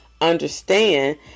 understand